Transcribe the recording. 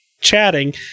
chatting